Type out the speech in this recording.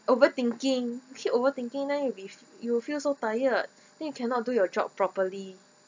overthinking keep overthinking then you be you'll feel so tired then you cannot do your job properly